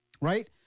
right